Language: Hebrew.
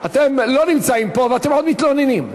אתם לא נמצאים פה ואתם עוד מתלוננים.